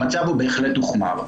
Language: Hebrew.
המצב הוחמר.